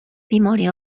بیماری